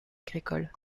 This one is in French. agricoles